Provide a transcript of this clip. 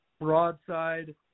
broadside